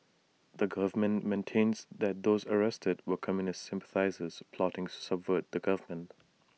the government maintains that those arrested were communist sympathisers plotting to subvert the government